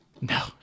No